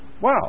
Wow